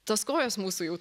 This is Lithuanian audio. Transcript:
tos kojos mūsų jau